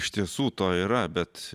iš tiesų to yra bet